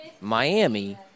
Miami